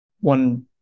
One